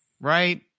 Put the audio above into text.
right